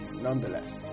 nonetheless